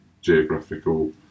geographical